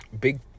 Big